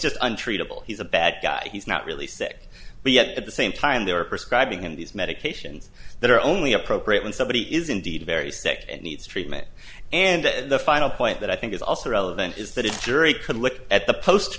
just untreatable he's a bad guy he's not really sick but yet the same time they are prescribing him these medications that are only appropriate when somebody is indeed very sick and needs treatment and the final point that i think is also relevant is that it's jury could look at the post